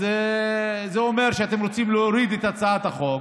זה אומר שאתם רוצים להוריד את הצעת החוק,